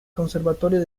conservatorio